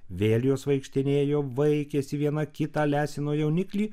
vėl jos vaikštinėjo vaikėsi viena kitą lesino jauniklį